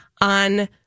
on